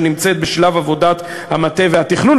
שנמצאת בשלב עבודת המטה והתכנון,